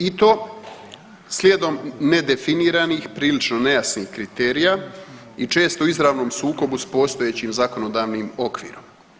I to slijedom nedefiniranih, prilično nejasnih kritrija i često u izravnom sukobu s postojećim zakonodavnim okvirom.